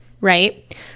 right